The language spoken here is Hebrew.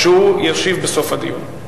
שהוא ישיב בסוף הדיון,